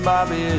Bobby